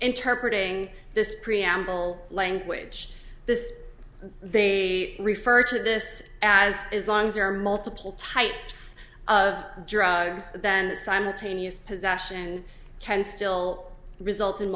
interpret ng this preamble language this they refer to this as long as there are multiple types of drugs then simultaneous possession and can still result in